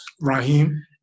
raheem